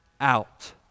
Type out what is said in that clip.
out